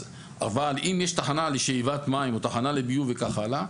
אם יש תחנה לשאיבת מים או תחנה לביוב וכך הלאה,